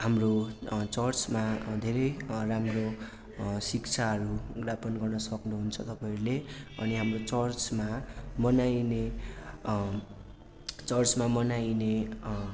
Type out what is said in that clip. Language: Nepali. हाम्रो चर्चमा धेरै राम्रो शिक्षाहरू ज्ञापन गर्न सक्नुहुन्छ तपाईँहरूले अनि हाम्रो चर्चमा मनाइने चर्चमा मनाइने